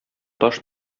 таш